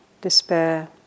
despair